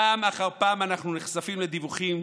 פעם אחר פעם אנחנו נחשפים לדיווחים